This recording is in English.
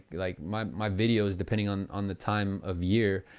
like my my videos, depending on on the time of year,